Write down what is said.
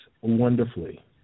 wonderfully